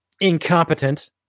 incompetent